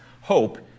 hope